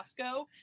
Costco